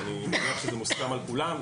ואני מניח שזה מוסכם על כולם,